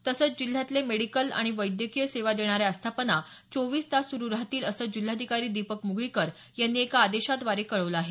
तसंच जिल्ह्यातले मेडिकल आणि वैद्यकीय सेवा देणाऱ्या आस्थापना चोवीस तास सुरु राहतील असं जिल्हाधिकारी दिपक मुगळीकर यांनी एका आदेशाद्वारे कळवलं आहे